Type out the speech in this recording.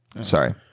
Sorry